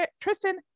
Tristan